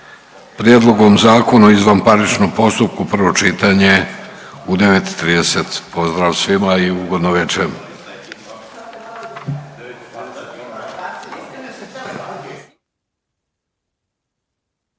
Prijedlogom Zakona o izvanparničnom postupku, prvo čitanje, u 9 i 30. Pozdrav svima i ugodno veče.